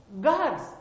God's